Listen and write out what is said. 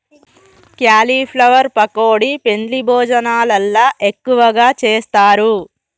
cauliflower pakodi పెండ్లి భోజనాలల్ల ఎక్కువగా చేస్తారు